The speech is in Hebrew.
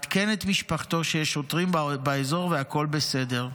עדכן את משפחתו שיש שוטרים באזור והכול בסדר.